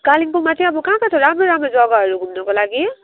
कालिम्पोङमा चाहिँ अब कहाँ कहाँ छ राम्रो राम्रो जग्गाहरू घुम्नुको लागि